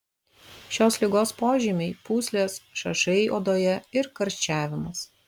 šios ligos požymiai pūslės šašai odoje ir karščiavimas